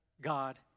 God